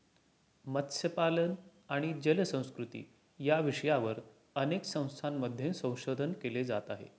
मत्स्यपालन आणि जलसंस्कृती या विषयावर अनेक संस्थांमध्ये संशोधन केले जात आहे